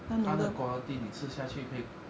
他的 quality 你吃下去可以